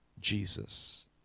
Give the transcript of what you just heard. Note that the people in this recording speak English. Jesus